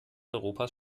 europas